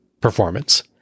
performance